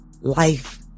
life